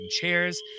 chairs